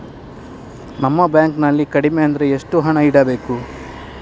ನಮ್ಮ ಬ್ಯಾಂಕ್ ನಲ್ಲಿ ಕಡಿಮೆ ಅಂದ್ರೆ ಎಷ್ಟು ಹಣ ಇಡಬೇಕು?